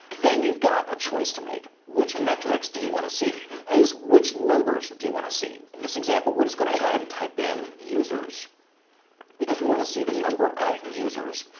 then you've got a choice to make which metrics do you want to see which numbers do you want to see in this example where is going to go ahead and type in users because we want to see the number of users?